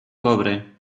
cobre